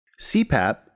CPAP